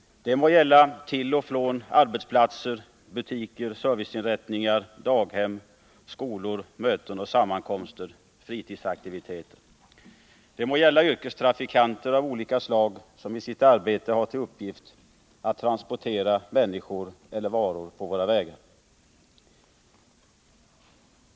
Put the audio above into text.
Det må gälla resor till och från arbetsplatser, butiker, serviceinrättningar, daghem, skolor, möten och sammankomster samt fritidsaktiviteter. Det må gälla yrkestrafikanter av olika slag, som i sitt arbete har till uppgift att transportera människor eller varor på våra vägar.